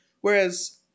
Whereas